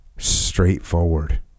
straightforward